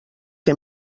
que